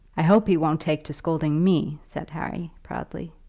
i hope he won't take to scolding me, said harry, proudly.